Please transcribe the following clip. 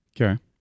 Okay